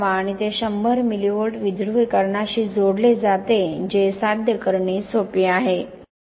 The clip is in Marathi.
आणि ते 100 मिली व्होल्ट विध्रुवीकरणाशी जोडले जाते जे साध्य करणे सोपे आहे